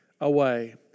away